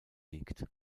liegt